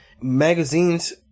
magazines